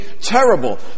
terrible